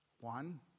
One